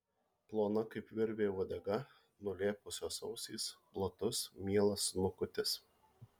plona kaip virvė uodega nulėpusios ausys platus mielas snukutis